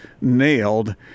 nailed